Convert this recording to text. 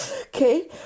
Okay